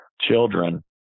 children